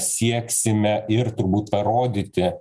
sieksime ir turbūt parodyti